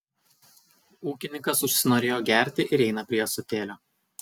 ūkininkas užsinorėjo gerti ir eina prie ąsotėlio